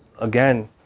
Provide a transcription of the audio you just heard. Again